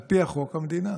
על פי החוק, המדינה.